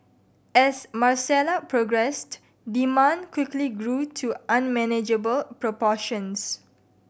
as Marcella progressed demand quickly grew to unmanageable proportions